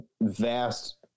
vast